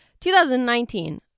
2019